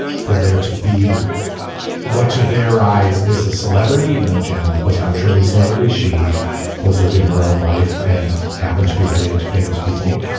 for there to be a watch to their eyes is a celebrity. even though giannis was not truly a celebrity, she was living her own life and happened to be related to famous people.